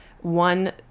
one